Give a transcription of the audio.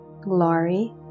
glory